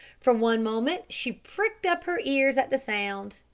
for one moment she pricked up her ears at the sound,